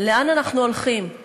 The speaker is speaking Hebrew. לאן אנחנו הולכים?